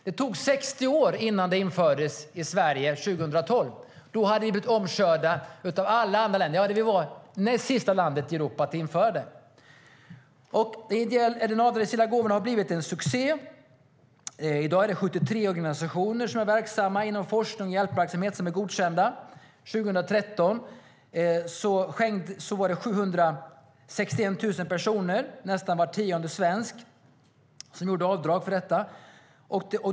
Det tog 60 år innan det infördes i Sverige 2012, och då hade vi blivit omkörda av nästan alla andra länder - vi var det näst sista landet i Europa att införa det. De avdragsgilla gåvorna har blivit en succé. I dag är det 73 organisationer som är verksamma inom forskning och hjälpverksamhet som är godkända. År 2013 var det 761 000 personer, alltså nästan var tionde svensk, som gjorde avdrag för detta.